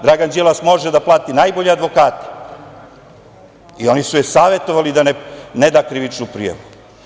Dragan Đilas može da plati najbolje advokate i oni su je savetovali da ne da krivičnu prijavu.